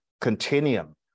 continuum